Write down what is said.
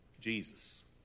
Jesus